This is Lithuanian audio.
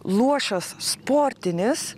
luošas sportinis